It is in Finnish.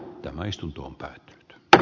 teemaistuntoon päin tl